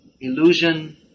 illusion